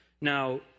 Now